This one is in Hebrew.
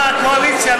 מהקואליציה,